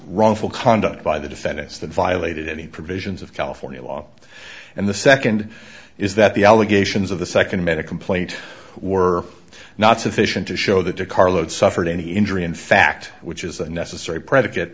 wrongful conduct by the defendants that violated any provisions of california law and the second is that the allegations of the second made a complaint were not sufficient to show that a carload suffered any injury in fact which is a necessary predi